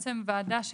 העמדה.